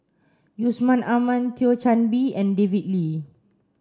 Yusman Aman Thio Chan Bee and David Lee